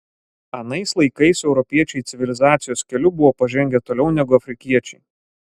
anais laikais europiečiai civilizacijos keliu buvo pažengę toliau negu afrikiečiai